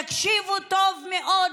תקשיבו טוב מאוד,